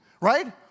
right